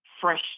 fresh